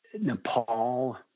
Nepal